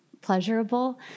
pleasurable